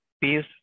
peace